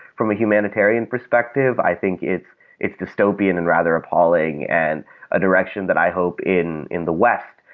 from a humanitarian perspective, i think it's it's dystopian and rather appalling and a direction that i hope in in the west,